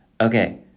Okay